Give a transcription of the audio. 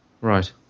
Right